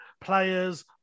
players